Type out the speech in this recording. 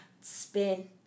spin